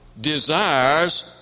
desires